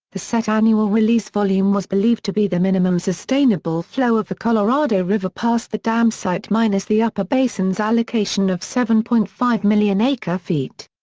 the set annual release volume was believed to be the minimum sustainable flow of the colorado river past the dam site minus the upper basin's allocation of seven point five million acre feet.